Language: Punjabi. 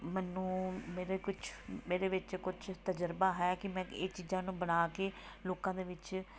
ਮੈਨੂੰ ਮੇਰੇ ਕੁਝ ਮੇਰੇ ਵਿੱਚ ਕੁਛ ਤਜ਼ਰਬਾ ਹੈ ਕਿ ਮੈਂ ਇਹ ਚੀਜ਼ਾਂ ਨੂੰ ਬਣਾ ਕੇ ਲੋਕਾਂ ਦੇ ਵਿੱਚ